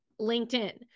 LinkedIn